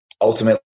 ultimately –